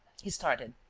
he started.